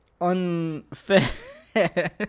unfair